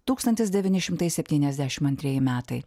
tūkstantis devyni šimtai septyniasdešim antrieji metai